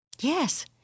Yes